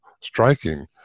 striking